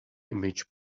image